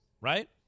right